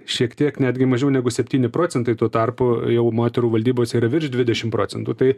šiek tiek netgi mažiau negu septyni procentai tuo tarpu jau moterų valdybose yra virš dvidešimt procentų tai